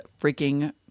freaking